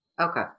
Okay